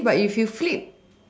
but if you flip